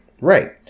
Right